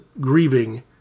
grieving